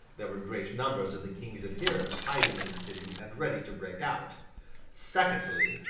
there were great numbers of the king's adherents hiding in the city and ready to break out secondly,